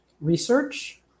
research